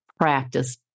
practice